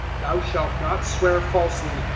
thou shalt not swear falsely,